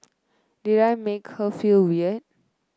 did I make her feel weird